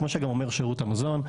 כמו שאומר גם שירות המזון.